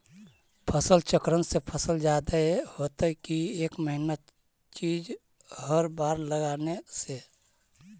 फसल चक्रन से फसल जादे होतै कि एक महिना चिज़ हर बार लगाने से?